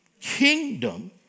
kingdom